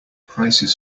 prices